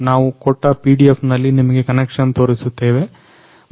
ನಾವು ಕೊಟ್ಟ PDF ನಲ್ಲಿ ನಿಮಗೆ ಕನೆಕ್ಷನ್ ತೋರಿಸುತ್ತೇವೆ